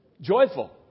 joyful